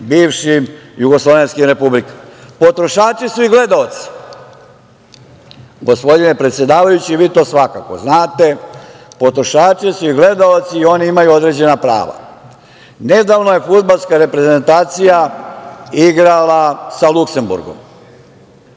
bivšim jugoslovenskim republikama. Potrošači su i gledaoci. Gospodine predsedavajući, vi to svakako znate, potrošači su i gledaoci i oni imaju određena prava. Nedavno je fudbalska reprezentacija igrala sa Luksemburgom.